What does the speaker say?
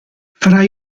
fra